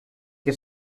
que